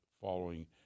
following